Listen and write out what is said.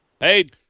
hey